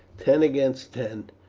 ten against ten,